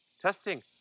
testing